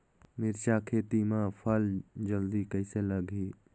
मिरचा खेती मां फल जल्दी कइसे लगही?